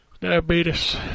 Diabetes